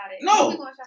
No